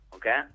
Okay